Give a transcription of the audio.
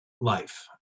life